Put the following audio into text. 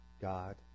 God